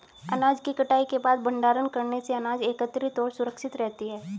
अनाज की कटाई के बाद भंडारण करने से अनाज एकत्रितऔर सुरक्षित रहती है